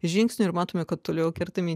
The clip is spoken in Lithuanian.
žingsnio ir matome kad toliau kertami